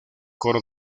coro